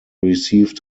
received